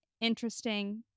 interesting